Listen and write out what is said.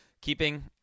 keeping